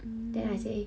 mm